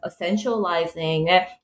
essentializing